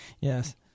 Yes